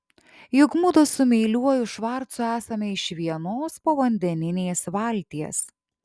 juk mudu su meiliuoju švarcu esame iš vienos povandeninės valties